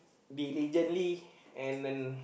diligently and then